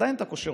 ועדיין אתה קושר